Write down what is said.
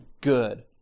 good